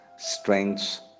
strengths